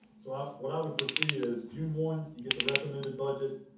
so um what i would proceed is june one, you get the recommended budget.